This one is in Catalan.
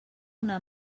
una